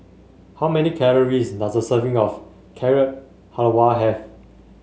how many calories does a serving of Carrot Halwa have